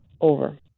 over